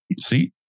see